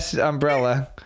umbrella